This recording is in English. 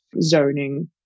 zoning